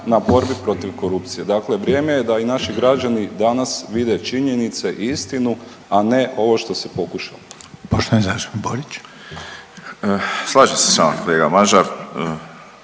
na borbi protiv korupcije, dakle vrijeme je da i naši građani danas vide činjenice i istinu, a ne ovo što se pokuša. **Reiner, Željko (HDZ)** Poštovani